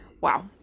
Wow